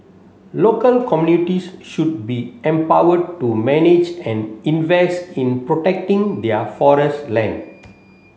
local communities should be empowered to manage and invest in protecting their forest land